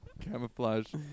Camouflage